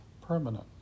permanent